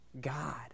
God